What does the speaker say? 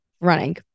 running